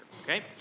okay